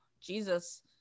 Jesus